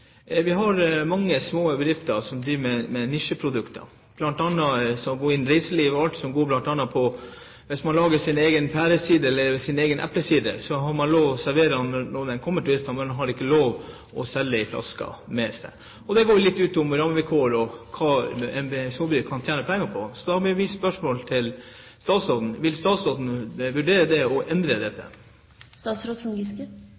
Vi har mange små bedrifter som driver med nisjeprodukter, bl.a. innen reiseliv, som f.eks. kan gå på at man lager sin egen pæresider eller sin egen eplesider. Den har man lov til å servere når det kommer turister, men man har ikke lov til å selge det i flasker som turistene tar med seg. Det går litt på rammevilkår og hva man kan tjene penger på. Da blir mitt spørsmål til statsråden: Vil statsråden vurdere å endre dette? Det